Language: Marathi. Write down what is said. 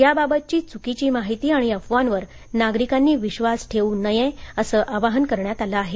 याबाबतची चुकीची माहिती आणि अफवांवर नागरिकांनी विश्वास ठेवू नये असं आवाहन करण्यात आलं आहे